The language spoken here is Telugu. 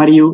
మరియు